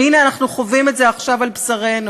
והנה, אנחנו חווים את זה עכשיו על בשרנו.